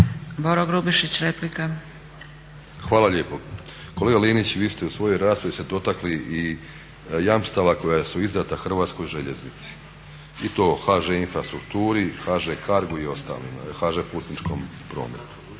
Boro (HDSSB)** Hvala lijepo. Kolega Linić, vi ste u svojoj raspravi se dotakli i jamstava koja su izdata Hrvatskoj željeznici i to HŽ-Infrastrukturi, HŽ-Cargu i ostalima, HŽ-Putničkom prometu.